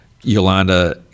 Yolanda